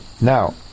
Now